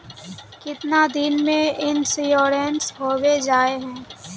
कीतना दिन में इंश्योरेंस होबे जाए है?